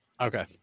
Okay